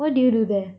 what did you do there